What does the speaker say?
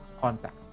contact